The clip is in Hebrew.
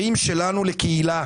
שלנו לקהילה.